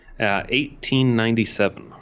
1897